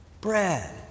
Bread